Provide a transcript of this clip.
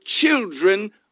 children